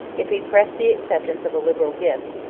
if he pressed the acceptance of a liberal gift,